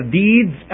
deeds